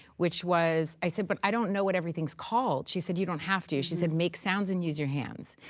which was i said, but i don't know what everything is called. she said, you don't have to. she said, make sounds and use your hands.